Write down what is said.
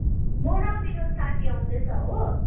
म र मेरो साथी आउँदैछ हो